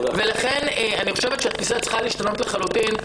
לכן אני חושבת שהתפיסה צריכה להשתנות לחלוטין.